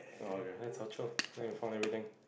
orh okay that's our twelve then we found everything